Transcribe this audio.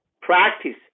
practice